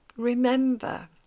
Remember